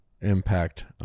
impact